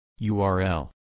URL